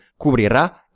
cubrirá